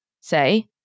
say